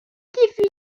diffusé